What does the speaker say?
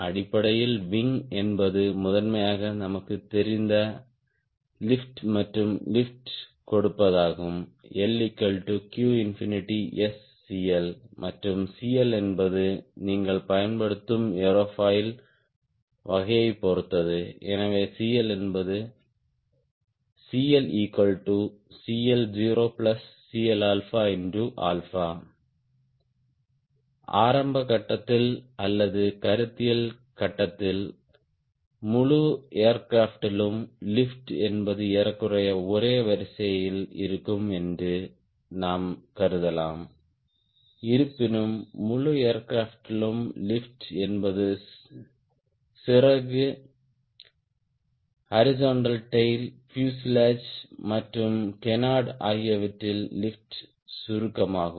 அடிப்படையில் விங் என்பது முதன்மையாக நமக்குத் தெரிந்த லிப்ட் மற்றும் லிப்ட் கொடுப்பதாகும் LqSCL மற்றும் CL என்பது நீங்கள் பயன்படுத்தும் ஏரோஃபாயில் வகையைப் பொறுத்தது எனவே CL என்பது CLCL0CL ஆரம்ப கட்டத்தில் அல்லது கருத்தியல் கட்டத்தில் முழு ஏர்கிராப்ட் லும் லிப்ட் என்பது ஏறக்குறைய ஒரே வரிசையில் இருக்கும் என்று நாம் கருதலாம் இருப்பினும் முழு ஏர்கிராப்ட் லும் லிப்ட் என்பது சிறகுஹாரிஸ்ன்ட்டல் டேய்ல் பியூசேலாஜ் மற்றும் கேனார்ட் ஆகியவற்றில் லிப்ட் சுருக்கமாகும்